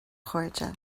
chairde